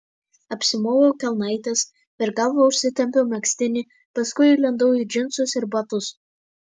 apsimoviau kelnaites per galvą užsitempiau megztinį paskui įlindau į džinsus ir batus